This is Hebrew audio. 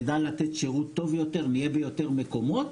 נדע לתת שירות טוב יותר, נהיה ביותר מקומות